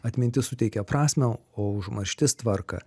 atmintis suteikia prasmę o užmarštis tvarką